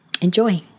enjoy